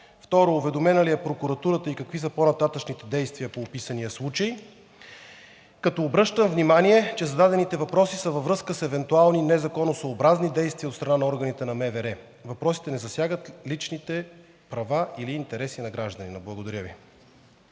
протокол? Уведомена ли е прокуратурата и какви са по-нататъшните действия по описания случай? Обръщам внимание, че зададените въпроси са във връзка с евентуални незаконосъобразни действия от страна на органите на МВР. Въпросите не засягат личните права или интереси на гражданина. Благодаря Ви.